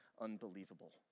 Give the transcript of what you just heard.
unbelievable